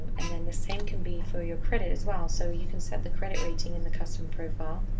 and then, the same can be for your credit as well, so you can set the credit rating in the customer profile.